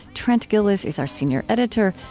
trent gilliss is our senior editor.